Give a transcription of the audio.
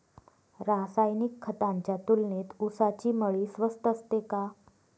रासायनिक खतांच्या तुलनेत ऊसाची मळी स्वस्त असते का?